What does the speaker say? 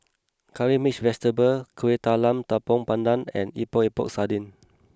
Curry Mixed Vegetable Kueh Talam Tepong Pandan and Epok Epok Sardin